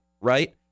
right